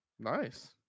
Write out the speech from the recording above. Nice